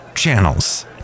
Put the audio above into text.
Channels